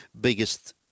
biggest